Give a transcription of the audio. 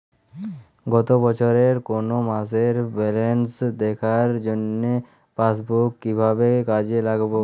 গত বছরের কোনো মাসের ব্যালেন্স দেখার জন্য পাসবুক কীভাবে কাজে লাগাব?